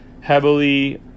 heavily